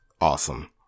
awesome